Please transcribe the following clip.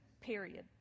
Period